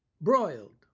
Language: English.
broiled